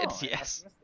yes